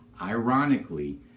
ironically